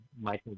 Michael